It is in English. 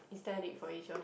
is that it for Asia